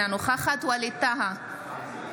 אינה נוכחת ווליד טאהא,